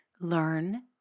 Learn